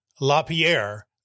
Lapierre